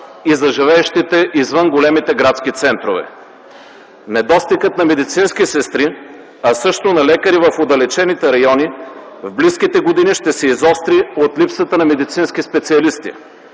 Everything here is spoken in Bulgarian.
и за живеещите извън големите градски центрове. Недостигът на медицински сестри, а също на лекари в отдалечените райони, в близките години ще се изостри от липсата на медицински специалисти.